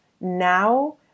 now